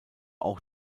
auch